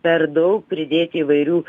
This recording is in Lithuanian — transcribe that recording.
per daug pridėti įvairių